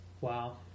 Wow